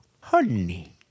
honey